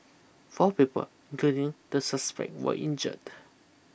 four people including the suspect were injured